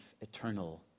eternal